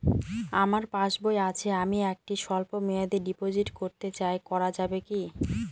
আমার পাসবই আছে আমি একটি স্বল্পমেয়াদি ডিপোজিট করতে চাই করা যাবে কি?